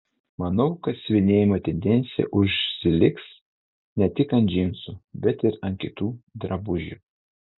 manau kad siuvinėjimo tendencija užsiliks ne tik ant džinsų bet ir ant kitų drabužių